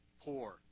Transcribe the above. poor